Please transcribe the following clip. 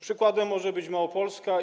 Przykładem może być Małopolska.